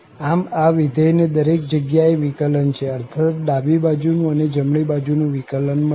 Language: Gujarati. આમ આ વિધેય ને દરેક જગ્યા એ વિકલન છે અર્થાત્ ડાબી બાજુ નું અને જમણી બાજુ નું વિકલન મળશે